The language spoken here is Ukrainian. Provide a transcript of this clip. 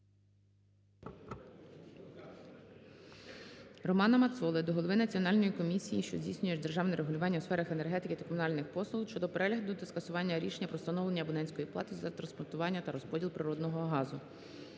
Романа Мацоли до голови Національної комісії, що здійснює державне регулювання у сферах енергетики та комунальних послуг щодо перегляду та скасування рішення про встановлення абонентської плати за транспортування та розподіл природного газу.